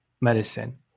medicine